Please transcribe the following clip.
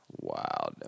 Wow